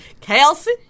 kelsey